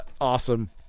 awesome